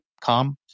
calm